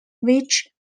which